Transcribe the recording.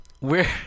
we're-